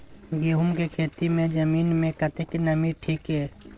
गहूम के खेती मे जमीन मे कतेक नमी ठीक ये?